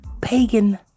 pagan